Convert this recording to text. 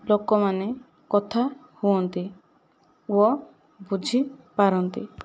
ଲୋକମାନେ କଥା ହୁଅନ୍ତି ଓ ବୁଝି ପାରନ୍ତି